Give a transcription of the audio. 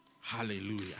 Hallelujah